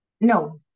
No